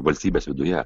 valstybės viduje